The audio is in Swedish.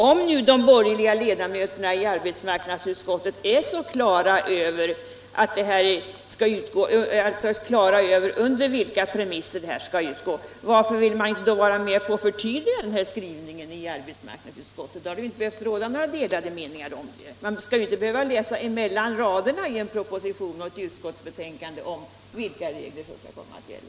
Om nu de borgerliga ledamöterna i arbetsmarknadsutskottet är på det klara med på vilka premisser bidraget skall utgå, kan man fråga sig varför de inte i arbetsmarknadsutskottet velat gå med på att förtydliga skrivningen. Då hade det inte behövt råda några delade meningar. Man skall väl inte behöva läsa mellan raderna i en proposition och i ett utskottsbetänkande vilka regler som skall komma att gälla.